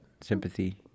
Sympathy